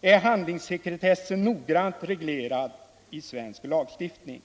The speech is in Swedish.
är handlingssekretessen noggrant reglerad i svensk lagstiftning.